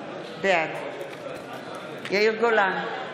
בעד יאיר גולן,